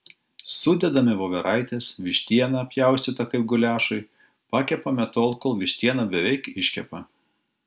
sudedame voveraites vištieną pjaustytą kaip guliašui pakepame tol kol vištiena beveik iškepa